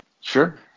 Sure